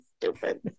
stupid